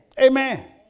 Amen